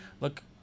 look